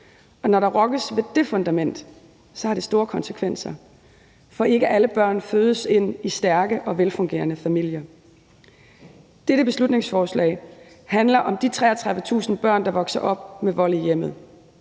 og når der rokkes ved det fundament, har det store konsekvenser. For ikke alle børn fødes ind i stærke og velfungerende familier. Dette beslutningsforslag handler om de 33.000 børn, der vokser op med vold i hjemmet.